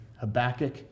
Habakkuk